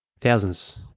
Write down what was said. Thousands